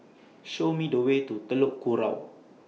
Show Me The Way to Telok Kurau